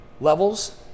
levels